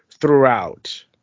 throughout